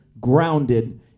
grounded